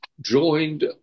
joined